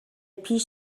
پیش